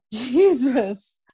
Jesus